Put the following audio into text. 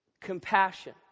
Compassion